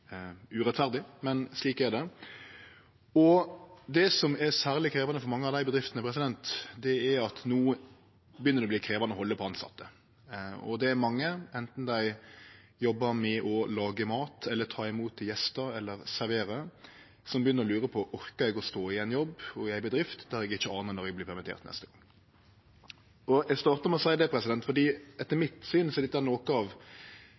urettferdig, men slik er det. Det som er særleg krevjande for mange av dei bedriftene, er at det no byrjar å verte krevjande å halde på tilsette. Det er mange, anten dei jobbar med å lage mat eller å ta imot gjester eller servere, som byrjar å lure på om dei orkar å stå i ein jobb og i ei bedrift der dei ikkje anar når dei vert permitterte neste gong. Eg startar med å seie det fordi dette etter mitt syn er noko av